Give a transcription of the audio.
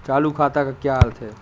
चालू खाते का क्या अर्थ है?